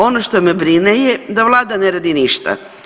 Ono što me brine je da vlada ne radi ništa.